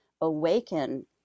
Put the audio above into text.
awaken